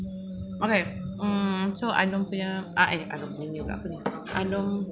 okay mm so i dom punya ai idom punya pula apa ni idom